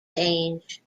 change